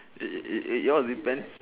it it it it all depends